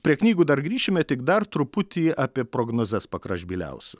prie knygų dar grįšime tik dar truputį apie prognozes pagražbyliausiu